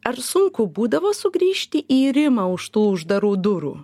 ar sunku būdavo sugrįžti į rimą už tų uždarų durų